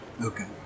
Okay